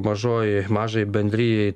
mažoji mažajai bendrijai